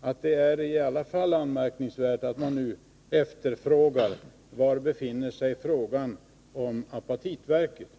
att det i alla fall är anmärkningsvärt att nu efterfråga var frågan om apatitverket befinner sig.